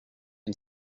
and